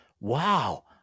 Wow